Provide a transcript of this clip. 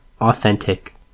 authentic